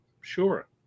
sure